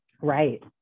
Right